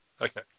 Okay